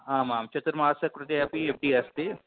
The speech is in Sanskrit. आम् आं चतुर्मास कृते अपि एफ़् डि अस्ति